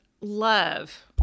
love